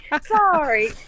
Sorry